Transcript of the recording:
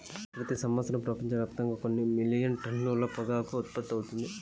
ప్రతి సంవత్సరం ప్రపంచవ్యాప్తంగా కొన్ని మిలియన్ టన్నుల పొగాకు ఉత్పత్తి అవుతుంది